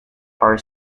are